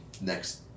next